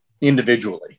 individually